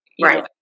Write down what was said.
Right